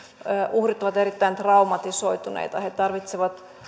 uhrit ovat erittäin traumatisoituneita he tarvitsevat